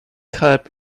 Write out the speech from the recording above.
help